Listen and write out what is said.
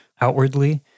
outwardly